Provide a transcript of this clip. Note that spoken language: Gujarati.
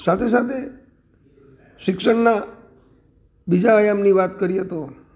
સાથે સાથે શિક્ષણનાં બીજા આયામની વાતો કરીએ તો